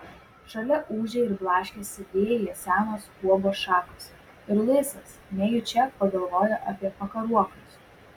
šalia ūžė ir blaškėsi vėjyje senos guobos šakos ir luisas nejučia pagalvojo apie pakaruoklius